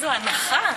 איזו אנחה.